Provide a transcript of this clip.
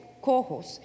cojos